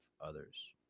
others